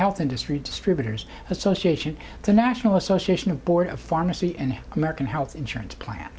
health industry distributors association the national association of board of pharmacy and american health insurance plan